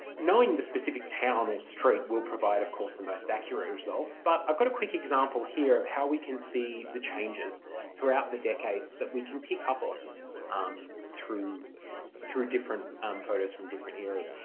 knowing specific town or street will provide of course the most accurate results but i've got a quick example here of how we can see the changes throughout the decades that we can pick up on um through through different um photos from different eras.